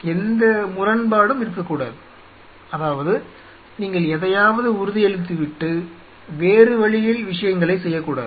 எந்த முரண்பாடும் இருக்கக்கூடாது அதாவது நீங்கள் எதையாவது உறுதியளித்துவிட்டு வேறு வழியில் விஷயங்களை செய்யக்கூடாது